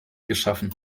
geschaffen